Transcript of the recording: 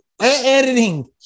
editing